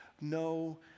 no